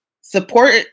support